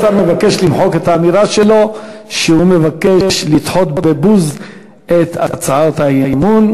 השר מבקש למחוק את האמירה שלו שהוא מבקש לדחות בבוז את הצעות האי-אמון.